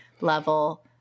level